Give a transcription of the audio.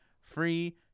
free